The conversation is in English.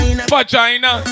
Vagina